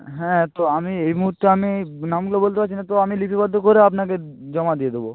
হ্যাঁ তো আমি এই মুহূর্তে আমি নামগুলো বলতে পারছি না তো আমি লিপিবদ্ধ করে আপনাকে জমা দিয়ে দেবো